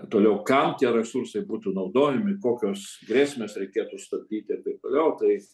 toliau kam tie resursai būtų naudojami kokios grėsmes reikėtų stabdyti ir taip toliau tai